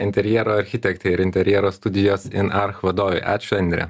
interjero architektai ir interjero studijos ir arch vadovei ačiū indrė